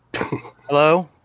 Hello